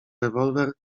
rewolwer